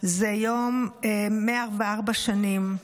זה 104 שנים,